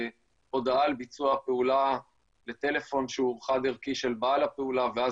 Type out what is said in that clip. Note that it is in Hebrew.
הודעה על ביצוע הפעולה לטלפון שהוא חד ערכי של בעל הפעולה ואז